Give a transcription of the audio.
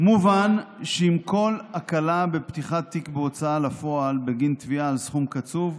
מובן שעם כל הקלה בפתיחת תיק בהוצאה לפועל בגין זכייה על סכום קצוב,